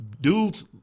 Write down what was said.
dudes